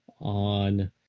on